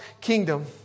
kingdom